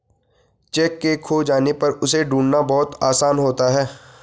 cheque के खो जाने पर उसे ढूंढ़ना बहुत आसान होता है